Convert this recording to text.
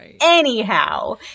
anyhow